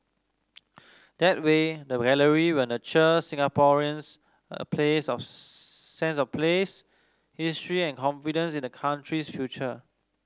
that way the gallery will nurture Singaporeans a place of sense of place history and confidence in the country's future